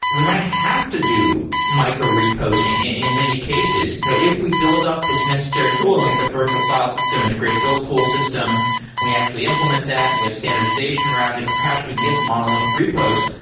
we might have to do micro repose in in many cases. you know if we build up this necessary tool and like the virtual file system and a great build tool system and we actually implement that and we have standardization around it, perhaps we can get to monolithic repos.